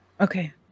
Okay